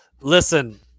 Listen